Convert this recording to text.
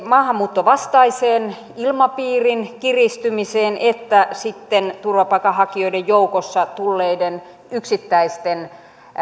maahanmuuttovastaisen ilmapiirin kiristymiseen että sitten turvapaikanhakijoiden joukossa tulleiden yksittäisten